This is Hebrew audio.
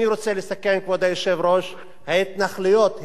כבוד היושב-ראש: ההתנחלויות הן לא חוקיות,